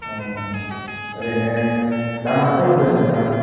ओरैनो मा मा खालामदों नोंथाङा